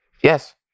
Yes